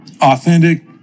authentic